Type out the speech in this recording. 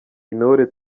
intore